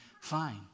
fine